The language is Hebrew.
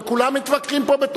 וכולם מתווכחים פה.